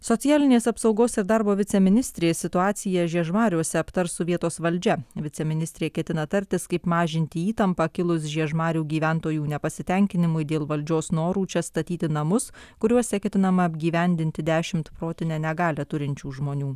socialinės apsaugos ir darbo viceministrė situaciją žiežmariuose aptars su vietos valdžia viceministrė ketina tartis kaip mažinti įtampą kilus žiežmarių gyventojų nepasitenkinimui dėl valdžios norų čia statyti namus kuriuose ketinama apgyvendinti dešimt protinę negalią turinčių žmonių